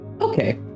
Okay